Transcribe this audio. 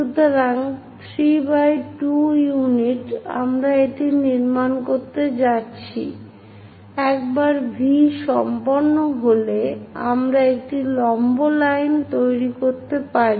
সুতরাং 3 2 ইউনিট আমরা এটি নির্মাণ করতে যাচ্ছি একবার V সম্পন্ন হলে আমরা একটি লম্ব লাইন তৈরি করতে পারি